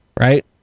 right